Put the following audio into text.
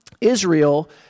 Israel